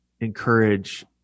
encourage